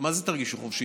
מה זה תרגיש חופשי,